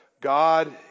God